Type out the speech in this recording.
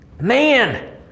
man